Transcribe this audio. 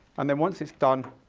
and then once it's done,